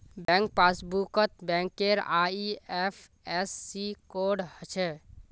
bank पासबुकत बैंकेर IFSC code हछे